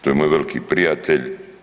To je moj veliki prijatelj.